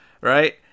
Right